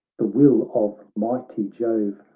the will of mighty jove,